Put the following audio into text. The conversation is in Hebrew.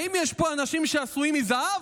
האם יש פה אנשים שעשויים מזהב?